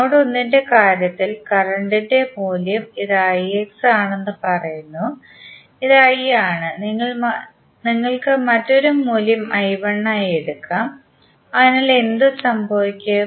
node 1 ന്റെ കാര്യത്തിൽ കറന്റിന്റെ മൂല്യം ഇത് ix ആണെന്ന് പറയുന്നു ഇത് I ആണ് നിങ്ങൾക്ക് മറ്റൊരു മൂല്യം I1 ആയി എടുക്കാം അതിനാൽ എന്ത് സംഭവിക്കും